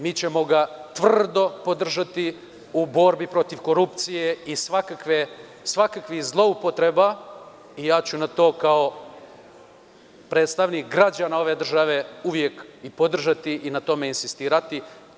Mi ćemo ga tvrdo podržati u borbi protiv korupcije i svakakvih zloupotreba i ja ću to, kao predstavnik građana ove države, podržati i na tome insistirati.